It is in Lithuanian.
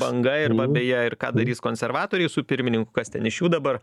banga ir va beje ir ką darys konservatoriai su pirmininku kas ten iš jų dabar